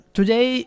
Today